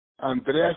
Andreas